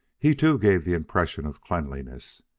he, too, gave the impression of cleanness.